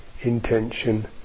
intention